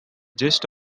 gist